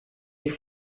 die